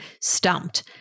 stumped